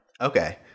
Okay